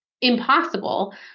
impossible